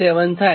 87° થાય